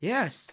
Yes